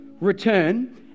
return